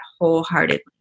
wholeheartedly